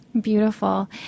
beautiful